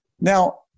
Now